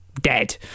dead